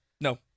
no